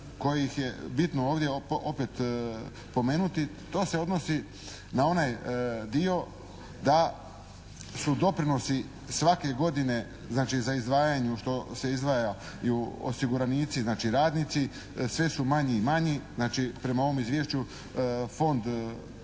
kojih je bitno opet ovdje pomenuti, to se odnosi na onaj dio da su doprinosi svake godine, znači za izdvajanje što se izdvaja, osiguranici, znači radnici, sve su manji i manji. Znači prema ovom izvješću fond,